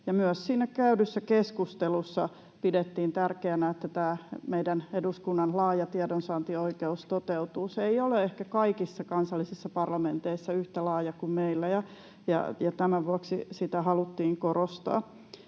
siinä käydyssä keskustelussa pidettiin tärkeänä, että tämä meidän eduskunnan laaja tiedonsaantioikeus toteutuu. Se ei ole ehkä kaikissa kansallisissa parlamenteissa yhtä laaja kuin meillä, ja tämän vuoksi sitä haluttiin korostaa.